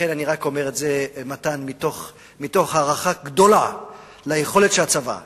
אני אומר את זה מתוך הערכה גדולה ליכולת של הצבא לקלוט.